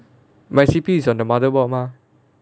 my C_P_U is on the motherboard mah